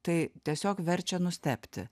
tai tiesiog verčia nustebti